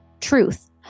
Truth